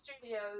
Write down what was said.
Studios